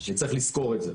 וצריך לזכור את זה.